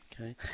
Okay